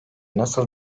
nasıl